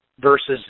versus